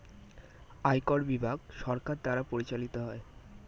আয়কর বিভাগ সরকার দ্বারা পরিচালিত হয়